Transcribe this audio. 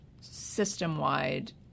system-wide